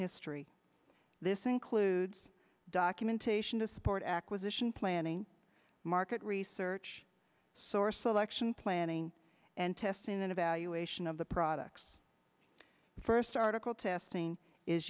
history this includes documentation to support acquisition planning market research source selection planning and testing and evaluation of the products first article testing is